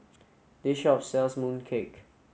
this shop sells mooncake